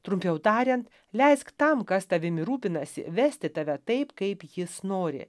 trumpiau tariant leisk tam kas tavimi rūpinasi vesti tave taip kaip jis nori